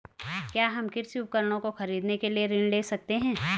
क्या हम कृषि उपकरणों को खरीदने के लिए ऋण ले सकते हैं?